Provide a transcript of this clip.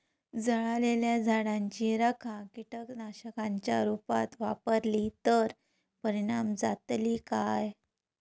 जळालेल्या झाडाची रखा कीटकनाशकांच्या रुपात वापरली तर परिणाम जातली काय?